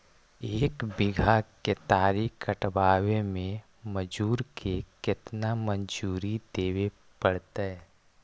एक बिघा केतारी कटबाबे में मजुर के केतना मजुरि देबे पड़तै?